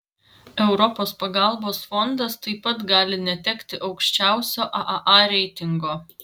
europos pagalbos fondas taip pat gali netekti aukščiausio aaa reitingo